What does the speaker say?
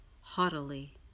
haughtily